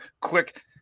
quick